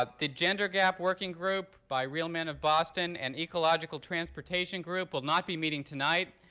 ah the gender gap working group by real men of boston and ecological transportation group will not be meeting tonight.